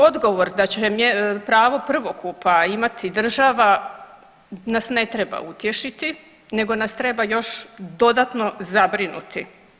Odgovor da će pravo prvokupa imati država nas ne treba utješiti nego nas treba još dodatno zabrinuti.